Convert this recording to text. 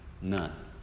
None